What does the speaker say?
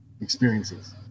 experiences